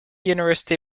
university